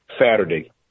Saturday